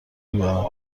میبرند